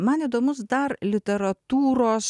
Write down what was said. man įdomus dar literatūros